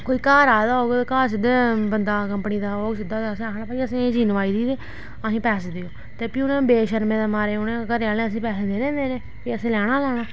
कोई घर आए दा होग ते घर सिद्दे बंदा कंपनी दा औग सिद्दा ते असें आखना भाई असें एह् चीज नोआई दी ते असेंगी पैसे देओ असेंगी ते फ्ही बेशर्में दे मारे घरें आह्लें उसी पैसे देने देने फ्ही असें लैना लैना